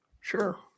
Sure